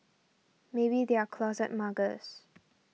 maybe they are closet muggers